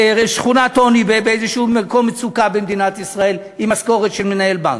שכונת עוני באיזה מקום מצוקה במדינת ישראל עם משכורת של מנהל בנק.